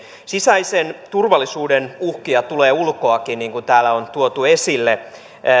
sisäisen turvallisuuden uhkia tulee ulkoakin niin kuin täällä on tuotu esille